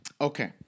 Okay